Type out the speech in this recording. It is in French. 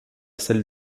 celle